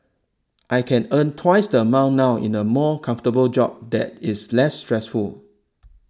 I can earn twice the amount now in a more comfortable job that is less stressful